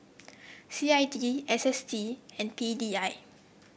C I D S S T and P D I